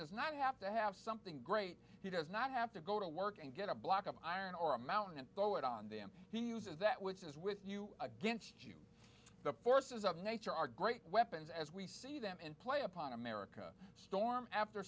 does not have to have something great he does not have to go to work and get a block of iron or a mountain and throw it on them he uses that which is with you against you the forces of nature are great weapons as we see them in play upon america storm after